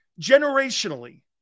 generationally